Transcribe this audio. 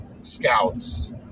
scouts